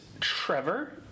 Trevor